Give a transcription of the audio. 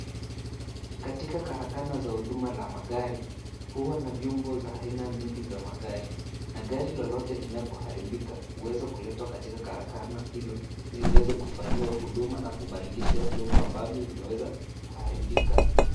Katika karakana za huduma la magari, huwa na vyombo za aina mingi za magari, na gari lolote linapo haribika, huweza kuletwa katika karakana, hilo ili iweze kufanyiwa huduma na kubadilishwa vyombo ambavyo vimeweza kuharibika.